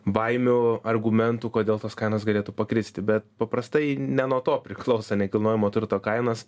baimių argumentų kodėl tos kainos galėtų pakristi bet paprastai ne nuo to priklauso nekilnojamo turto kainos